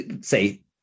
say